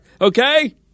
okay